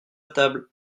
table